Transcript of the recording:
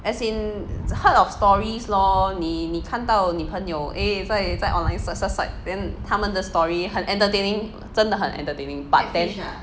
as in heard of stories lor 你你看到你朋友 eh 在在 online social site then 他们的 story 很 entertaining 真的很 entertaining but then